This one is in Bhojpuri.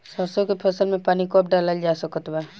सरसों के फसल में पानी कब डालल जा सकत बा?